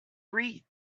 read